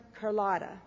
Carlotta